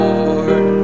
Lord